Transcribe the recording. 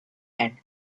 and